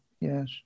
Yes